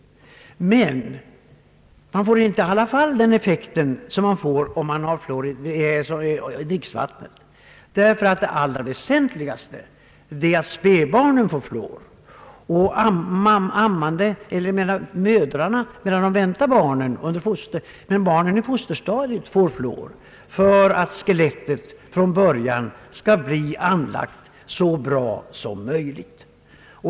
Men man får inte så god effekt som man kan uppnå genom fluor i dricksvattnet. Det allra väsentligaste är nämligen att spädbarnen får fluor, att mödrarna under graviditeten och amningen får fluor för att skelettet från början skall bli anlagt så bra som möjligt.